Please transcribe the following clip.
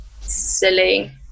silly